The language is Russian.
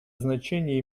значение